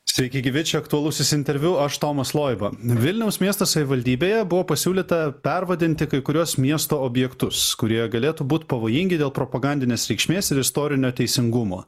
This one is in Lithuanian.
sveiki gyvi čia aktualusis interviu aš tomas loiba vilniaus miesto savivaldybėje buvo pasiūlyta pervadinti kai kuriuos miesto objektus kurie galėtų būt pavojingi dėl propagandinės reikšmės ir istorinio teisingumo